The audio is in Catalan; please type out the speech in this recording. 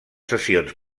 sessions